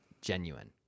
genuine